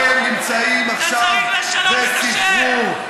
אתה צריך לשנות את השם.